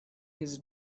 his